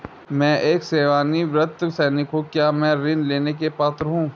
मैं एक सेवानिवृत्त सैनिक हूँ क्या मैं ऋण लेने के लिए पात्र हूँ?